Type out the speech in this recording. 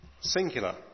singular